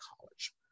college